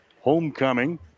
Homecoming